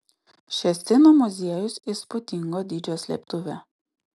ščecino muziejus įspūdingo dydžio slėptuvė